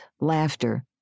laughter